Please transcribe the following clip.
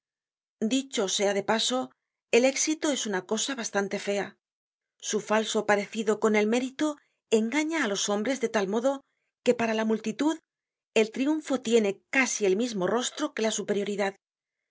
dicho sea de paso el éxito es una cosa bastante lea su falso parecido con el mérito engaña á los hombres de tal modo que para la multitud el triunfo tiene casi el mismo rostro que la superioridad el